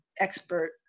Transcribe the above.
expert